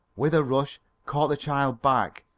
with a rush, caught the child back,